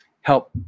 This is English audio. help